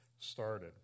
started